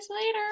later